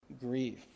grief